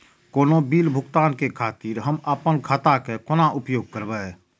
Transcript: कोनो बील भुगतान के खातिर हम आपन खाता के कोना उपयोग करबै?